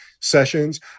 sessions